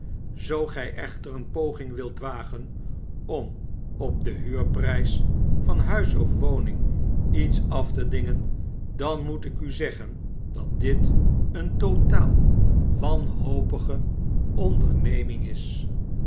zoo gij echter een poking wilt wagen om op den huurprijs van huis of woning iets af te dingen dan moet ik u zeggen dat dit een totaal wanhopige onderneming is